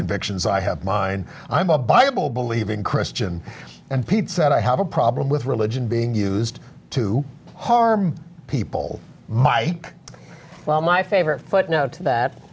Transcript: convictions i have mine i'm a bible believing christian and pete said i have a problem with religion being used to harm people my well my favorite footnote to that